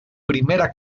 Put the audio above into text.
primera